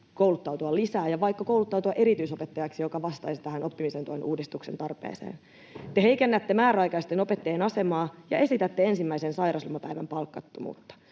kouluttautua lisää ja kouluttautua vaikka erityisopettajaksi, mikä vastaisi tähän oppimisen tuen uudistuksen tarpeeseen. Te heikennätte määräaikaisten opettajien asemaa ja esitätte ensimmäisen sairauslomapäivän palkattomuutta.